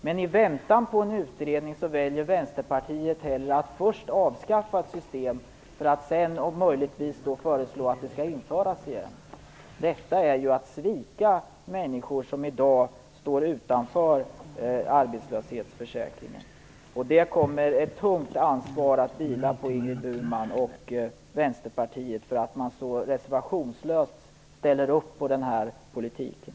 Men i väntan på en utredning väljer Vänsterpartiet hellre att först avskaffa ett system för att sedan möjligtvis föreslå att det skall införas igen. Detta är ju att svika människor som i dag står utanför arbetslöshetsförsäkringen, och ett tungt ansvar kommer att vila på Ingrid Burman och Vänsterpartiet för att man nu så reservationslöst ställer upp på den här politiken.